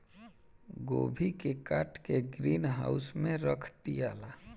गोभी के काट के ग्रीन हाउस में रख दियाला